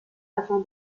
afin